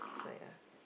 so ya